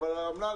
על אנשים